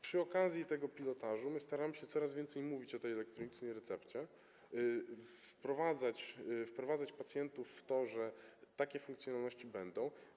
Przy okazji tego pilotażu staramy się coraz więcej mówić o tej elektronicznej recepcie, wprowadzać pacjentów w to, że takie funkcjonalności będą.